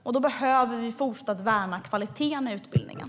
Därför behöver vi fortsätta värna kvaliteten i utbildningen.